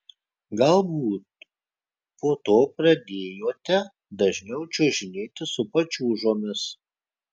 galbūt po to pradėjote dažniau čiuožinėti su pačiūžomis